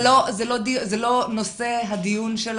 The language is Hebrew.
זה לא נושא הדיון של הוועדה,